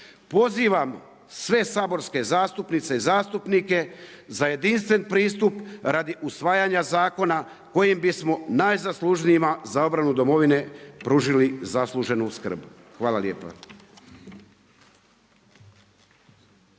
pozivam sve saborske zastupnice i zastupnike za jedinstven pristup radi usvajanja zakona kojim bismo najzaslužnijima za obranu domovine pružili zasluženu skrb. Hvala lijepo.